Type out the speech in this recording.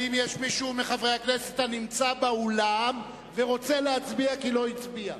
האם יש מישהו מחברי הכנסת הנמצא באולם ורוצה להצביע כי לא הצביע?